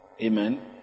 Amen